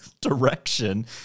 direction